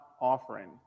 offering